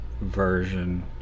version